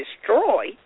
destroy